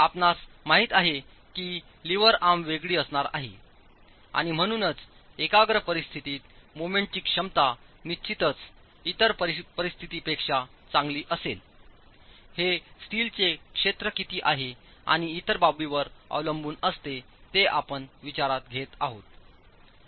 आपणास माहित आहे की लीव्हर आर्म वेगळी असणार आहेत आणि म्हणूनच एकाग्र परिस्थितीत मोमेंट ची क्षमता निश्चितच इतर परिस्थितीपेक्षा चांगली असेल हे स्टीलचे क्षेत्र किती आहे आणि इतर बाबींवर अवलंबून असते ते आपण विचारात घेत आहे